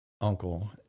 uncle